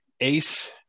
Ace